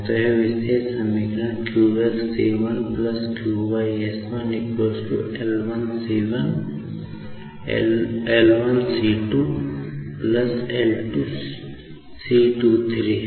तो यह विशेष समीकरण q x c1 q y s1 L1c2 L2 c23 है